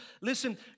listen